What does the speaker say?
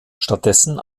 stattdessen